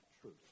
truth